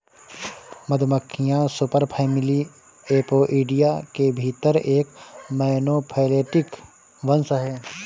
मधुमक्खियां superfamily Apoidea के भीतर एक मोनोफैलेटिक वंश हैं